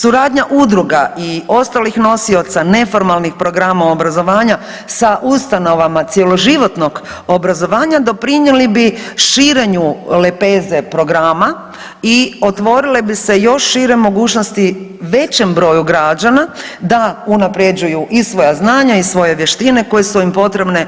Suradnja udruga i ostalih nosioca neformalnih programa obrazovanja sa ustanovama cjeloživotnog obrazovanja doprinjeli bi širenju lepeze programa i otvorile bi se još šire mogućnosti većem broju građana da unaprjeđuju i svoja znanja i svoje vještine koje su im potrebne